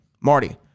Marty